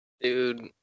Dude